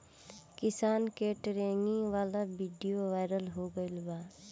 किसान के ट्रेनिंग वाला विडीओ वायरल हो गईल बा